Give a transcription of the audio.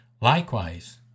Likewise